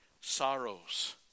sorrows